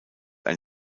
ein